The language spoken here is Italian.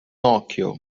occhio